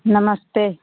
नमस्ते